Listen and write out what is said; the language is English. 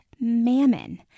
mammon